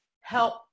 help